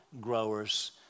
growers